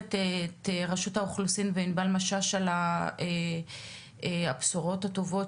מברכת את רשות האוכלוסין וענבל משש על הבשורות הטובות,